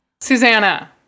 Susanna